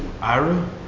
Ira